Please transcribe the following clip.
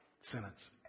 sentence